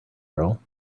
girl